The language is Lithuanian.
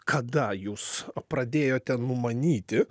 kada jūs pradėjote numanyti